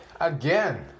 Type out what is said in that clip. again